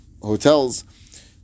hotels